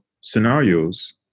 scenarios